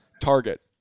target